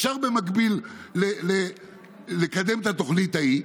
אפשר במקביל לקדם את התוכנית ההיא.